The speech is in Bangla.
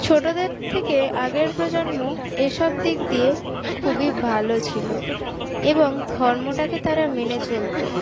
ছোটোদের থেকে আগের প্রজন্ম এসব দিক দিয়ে খুবই ভালো ছিল এবং ধর্মটাকে তারা মেনে চলতো